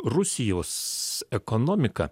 rusijos ekonomika